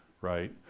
right